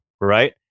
right